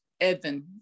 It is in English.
Edwin